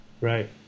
Right